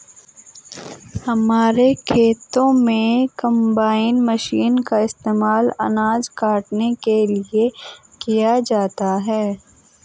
हमारे खेतों में कंबाइन मशीन का इस्तेमाल अनाज काटने के लिए किया जाता है